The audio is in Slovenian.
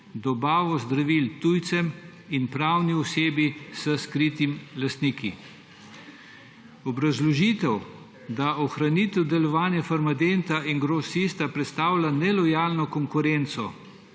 dobavo zdravil tujcem in pravni osebi s skritimi lastniki. Obrazložitev, da ohranitev delovanja Farmadenta in Grosista predstavlja nelojalno konkurenco